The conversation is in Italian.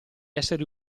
esseri